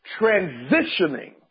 transitioning